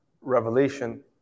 revelation